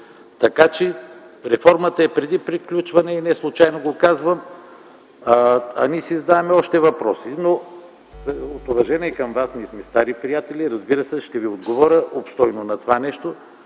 бюджети. Реформата е пред приключване и неслучайно го казвам, а ние си задаваме още въпроси. Но от уважение към Вас, ние сме стари приятели, ще Ви отговоря обстойно на това нещо,